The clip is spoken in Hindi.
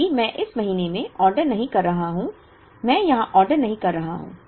क्योंकि मैं इस महीने में ऑर्डर नहीं कर रहा हूं मैं यहां ऑर्डर नहीं कर रहा हूं